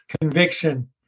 conviction